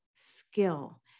skill